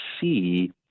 see